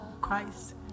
Christ